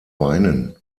weinen